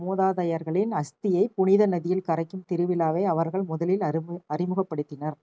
மூதாதையர்களின் அஸ்தியை புனித நதியில் கரைக்கும் திருவிழாவை அவர்கள் முதலில் அறிமுக அறிமுகப்படுத்தினர்